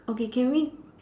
okay can we